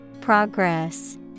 Progress